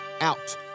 out